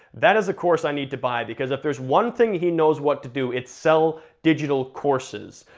that is a course i need to buy, because if there's one thing he knows what to do, it's sell digital courses.